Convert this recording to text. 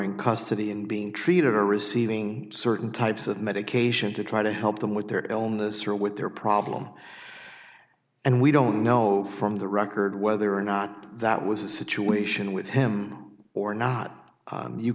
in custody and being treated are receiving certain types of medication to try to help them with their illness or with their problem and we don't know from the record whether or not that was a situation with him or not